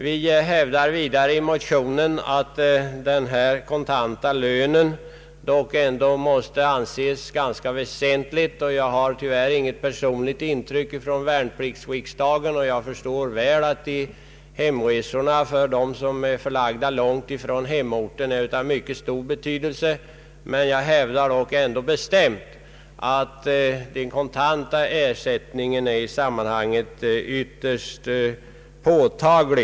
Vi hävdar i motionen att den kontanta lönen måste anses vara någonting ganska väsentligt. Jag har tyvärr inget personligt intryck från värnpliktsriksdagen, men jag förstår att hemresorna för dem som är förlagda långt från hemorten anses ha en mycket stor betydelse. Jag vill dock bestämt hävda att den kontanta ersättningen är ytterst värdefull.